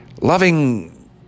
loving